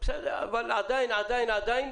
אבל עדיין עדיין עדיין עדיין,